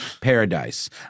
paradise